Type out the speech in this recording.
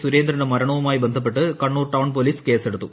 സുരേന്ദ്രന്റെ മരണവുമായി ബന്ധപ്പെട്ട് കണ്ണൂർ ടൌൺ പോലീസ് കേസെടുത്തു